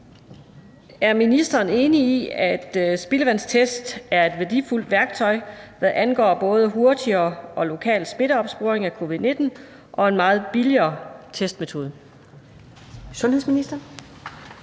Er ministeren enig i, at spildevandstests er et værdifuldt værktøj, hvad angår både hurtigere og lokal smitteopsporing af covid-19, og en meget billigere testmetode? Første næstformand